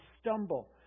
stumble